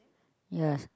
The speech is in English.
yes